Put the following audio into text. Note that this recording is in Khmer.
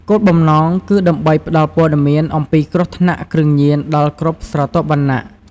គោលបំណងគឺដើម្បីផ្ដល់ព័ត៌មាន អំពីគ្រោះថ្នាក់គ្រឿងញៀនដល់គ្រប់ស្រទាប់វណ្ណៈ។